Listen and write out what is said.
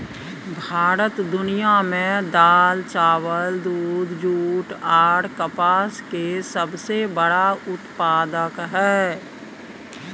भारत दुनिया में दाल, चावल, दूध, जूट आर कपास के सबसे बड़ा उत्पादक हय